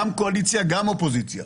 גם קואליציה, גם אופוזיציה